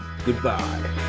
Goodbye